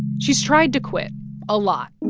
she's tried to quit a lot